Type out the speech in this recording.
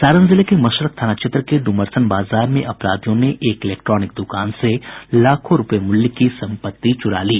सारण जिले के मशरक थाना क्षेत्र के डुमरसन बाजार में अपराधियों ने एक इलेक्ट्रॉनिक द्रकान से लाखों रूपये मूल्य की संपत्ति चुरा ली